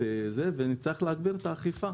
נצטרך להגביר את האכיפה